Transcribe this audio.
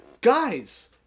guys